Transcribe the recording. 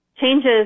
changes